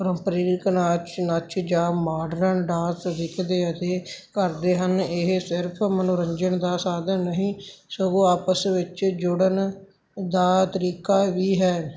ਪਰੰਪਰਾਇਕ ਨਾਚ ਨੱਚ ਜਾਂ ਮਾਡਰਨ ਡਾਂਸ ਵੇਖਦੇ ਅਤੇ ਕਰਦੇ ਹਨ ਇਹ ਸਿਰਫ ਮਨੋਰੰਜਨ ਦਾ ਸਾਧਨ ਨਹੀਂ ਸਗੋਂ ਆਪਸ ਵਿੱਚ ਜੁੜਨ ਦਾ ਤਰੀਕਾ ਵੀ ਹੈ